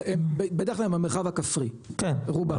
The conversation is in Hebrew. זה בדרך כלל הם המרחב הכפרי, רובם.